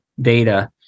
data